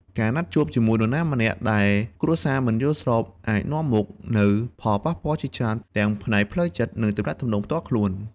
ការណាត់ជួបជាមួយនរណាម្នាក់ដែលគ្រួសារមិនយល់ព្រមអាចនាំមកនូវផលប៉ះពាល់ជាច្រើនទាំងផ្នែកផ្លូវចិត្ត និងទំនាក់ទំនងផ្ទាល់ខ្លួន។